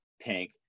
tank